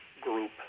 group